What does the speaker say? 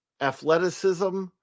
athleticism